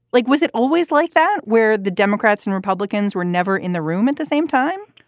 like was it always like that where the democrats and republicans were never in the room at the same time?